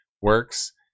works